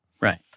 right